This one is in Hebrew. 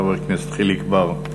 חבר הכנסת חיליק בר.